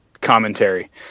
Commentary